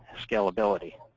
scalability?